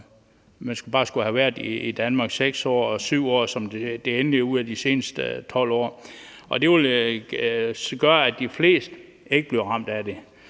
man skulle bare have været i Danmark i 6 år og i den endelige ordning 7 år ud af de seneste 12 år. Det vil gøre, at de fleste ikke bliver ramt af det.